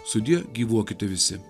sudie gyvuokite visi